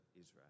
Israel